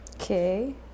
Okay